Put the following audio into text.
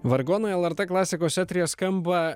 vargonai el er t klasikos eteryje skamba